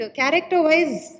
character-wise